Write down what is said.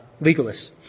legalists